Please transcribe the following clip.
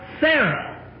Sarah